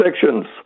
sections